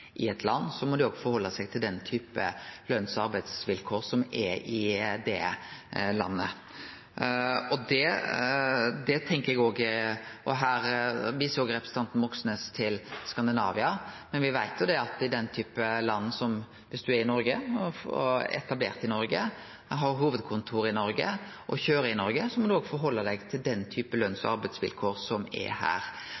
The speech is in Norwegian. i eit land, må dei òg halde seg til den typen løns- og arbeidsvilkår som er i det landet. Her viser representanten Moxnes til Skandinavia, men me veit at viss ein er i Noreg, er etablert i Noreg, har hovudkontor i Noreg og køyrer i Noreg, må ein òg halde seg til den typen løns-